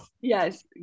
Yes